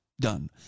done